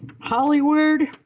Hollywood